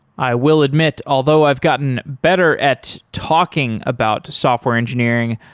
i will admit, although i've gotten better at talking about software engineering,